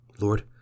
Lord